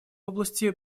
области